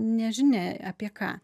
nežinia apie ką